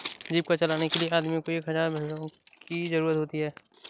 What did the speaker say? जीविका चलाने के लिए आदमी को एक हज़ार भेड़ों की जरूरत होती है